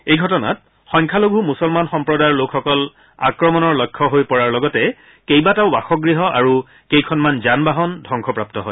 এই ঘটনাত সংখ্যালঘু মুছলমান লোকসকল আক্ৰমণৰ লক্ষ্য হৈ পৰাৰ লগতে কেইবাটাও বাসগৃহ আৰু কেইখনমান যান বাহন ধবংসপ্ৰাপ্ত হয়